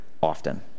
often